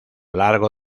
largo